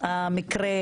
המקרה